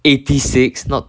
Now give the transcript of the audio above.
eighty six not